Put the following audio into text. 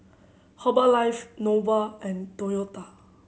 Herbalife Nova and Toyota